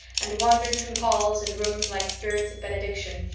and wandered through halls and rooms like spirits of benediction.